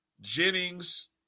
Jennings